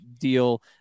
deal